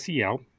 SEL